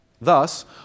Thus